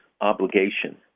obligation